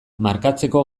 markatzeko